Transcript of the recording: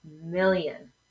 million